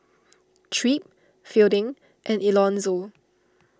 Tripp Fielding and Elonzo